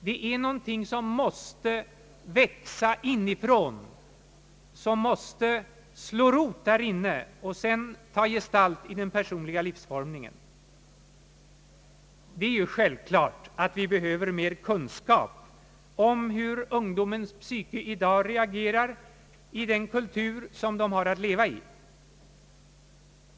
Det är någonting som måste växa inifrån, som måste slå rot där inne och sedan ta gestalt i den personliga livsformningen. Det är självklart att vi behöver mer kunskap om hur ungdomens psyke i dag reagerar i den kultur de har att leva i.